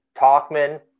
Talkman